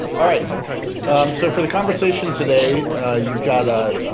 all right so for the conversation today you've got a